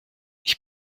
ich